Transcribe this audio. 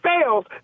fails